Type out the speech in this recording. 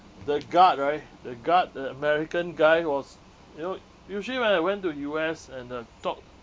the guard right the guard the american guy he was you know usually when I went to U_S and the talk